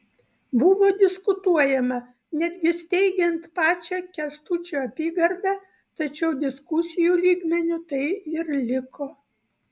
buvo diskutuojama netgi steigiant pačią kęstučio apygardą tačiau diskusijų lygmeniu tai ir liko